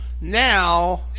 Now